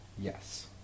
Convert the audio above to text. Yes